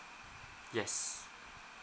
yes